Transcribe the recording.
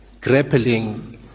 grappling